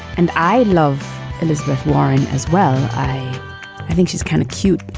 and i love elizabeth warren as well i think she's kind of cute,